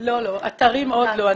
לא, אתרים עוד לא.